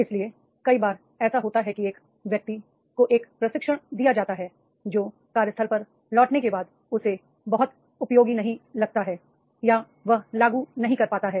इसलिए कई बार ऐसा होता है कि एक व्यक्ति को एक प्रशिक्षण दिया जाता है जो कार्यस्थल पर लौटने के बाद उसे बहुत उपयोगी नहीं लगता है या वह लागू नहीं कर पाता है